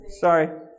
Sorry